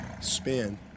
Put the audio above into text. spin